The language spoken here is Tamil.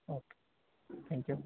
ah okay thank you